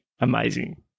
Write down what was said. amazing